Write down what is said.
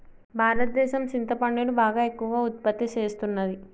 భారతదేసం సింతపండును బాగా ఎక్కువగా ఉత్పత్తి సేస్తున్నది